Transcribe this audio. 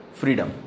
freedom